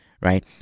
right